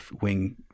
wing